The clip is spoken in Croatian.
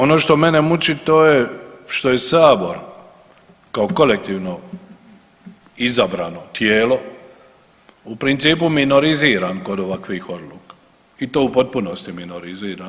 Ono što mene muči, to je što je Sabor kao kolektivno izabrano tijelo u principu minoriziran kod ovakvih odluka i to u potpunosti minoriziran.